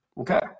Okay